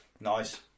Nice